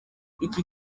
iki